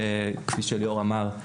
שכפי שליאור אמר,